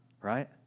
Right